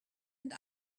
and